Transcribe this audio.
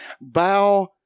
Bow